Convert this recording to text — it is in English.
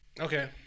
Okay